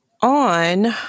On